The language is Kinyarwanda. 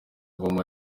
avamo